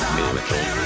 miracle